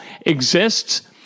exists